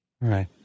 Right